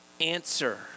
answer